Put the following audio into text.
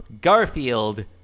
Garfield